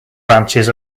ranches